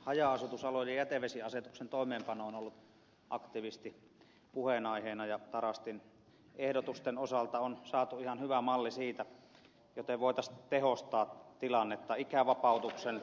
haja asutusalueiden jätevesiasetuksen toimeenpano on ollut aktiivisti puheenaiheena ja tarastin ehdotusten osalta on saatu ihan hyvä malli siitä joten voitaisiin tehostaa tilannetta ikävapautuksen